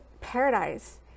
paradise